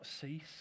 cease